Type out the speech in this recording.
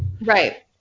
Right